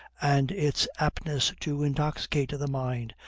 and its aptness to intoxicate the mind,